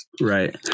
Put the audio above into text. Right